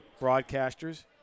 broadcasters